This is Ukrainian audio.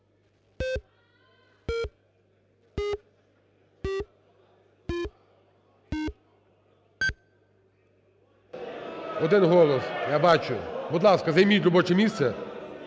Один голос. Я бачу. Будь ласка, займіть робоче місце.